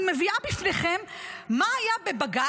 אני באמת מביאה בפניכם מה היה בבג"ץ,